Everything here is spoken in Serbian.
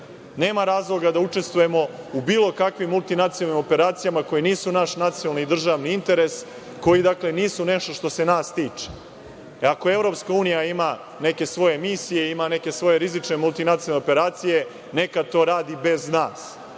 razloga da učestvujemo u bilo kakvim multinacionalnim operacijama koje nisu naš nacionalni i državni interes, koje nisu nešto što se nas tiče. Ako EU ima neke svoje misije i ima neke svoje rizične multinacionalne operacije neka to radi bez nas.